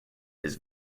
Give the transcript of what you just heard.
his